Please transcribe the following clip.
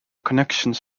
connections